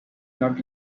not